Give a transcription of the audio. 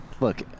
Look